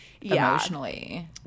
emotionally